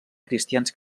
cristians